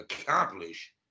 accomplish